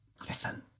Listen